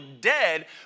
dead